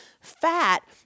fat